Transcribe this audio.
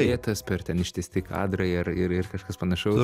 lėtas per ten ištęsti kadrai ar ir ir kažkas panašaus